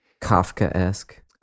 Kafka-esque